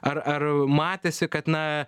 ar ar matėsi kad na